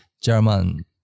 German